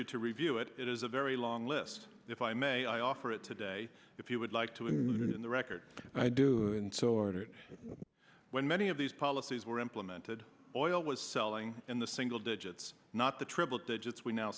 you to review it it is a very long list if i may i offer it today if you would like to include in the record by doing so ordered when many of these policies were implemented oil was selling in the single digits not the triple digits we now